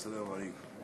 סלאם עליכום.